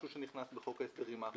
זה משהו שנכנס בחוק ההסדרים האחרון.